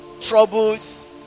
troubles